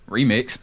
Remix